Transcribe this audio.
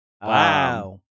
Wow